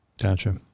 Gotcha